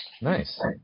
Nice